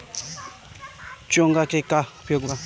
चोंगा के का उपयोग बा?